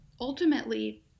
ultimately